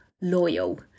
loyal